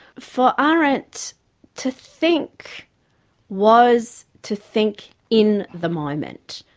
for ah arendt to think was to think in the moment.